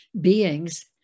beings